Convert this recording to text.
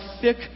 thick